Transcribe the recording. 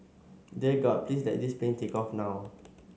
dear God please let this plane take off now